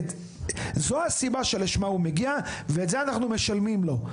זו הסיבה שלשמה הוא מגיע ואת זה אנחנו משלמים לו.